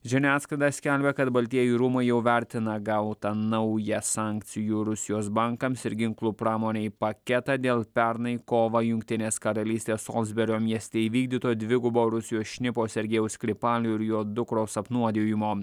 žiniasklaida skelbia kad baltieji rūmai jau vertina gautą naują sankcijų rusijos bankams ir ginklų pramonei paketą dėl pernai kovą jungtinės karalystės solsberio mieste įvykdyto dvigubo rusijos šnipo sergejaus skripalio ir jo dukros apnuodijimo